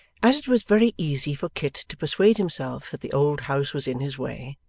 as it was very easy for kit to persuade himself that the old house was in his way,